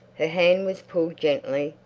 her hand was pulled gently,